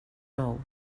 nou